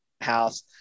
house